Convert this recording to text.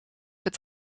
het